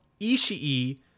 Ishii